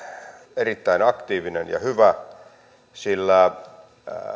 erittäin aktiivinen ja hyvä sillä